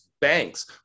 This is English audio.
banks